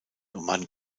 man